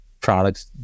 products